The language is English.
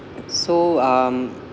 so um